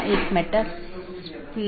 एक BGP के अंदर कई नेटवर्क हो सकते हैं